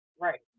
right